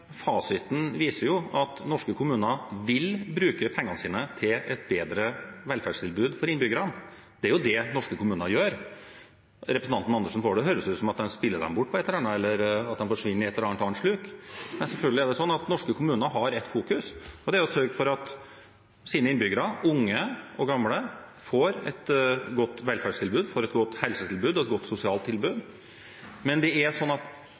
Fasiten viser at norske kommuner vil bruke pengene sine til et bedre velferdstilbud for innbyggerne. Det er jo det norske kommuner gjør. Representanten Karin Andersen får det til å høres ut som om de spiller dem bort på et eller annet, eller at pengene forsvinner i et eller annet sluk. Selvfølgelig er det sånn at norske kommuner har ett fokus, og det er å sørge for at deres innbyggere, unge og gamle, får et godt velferdstilbud, et godt helsetilbud og et godt sosialt tilbud. Men kommunene er